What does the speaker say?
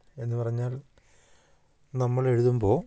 എന്നു പറഞ്ഞാൽ നമ്മൾ എഴുതുമ്പോൾ